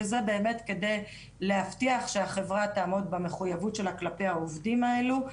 וזה באמת כדי להבטיח שהחברה תעמוד במחוייבות שלה כלפי העובדים האלו.